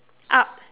up